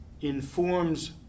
informs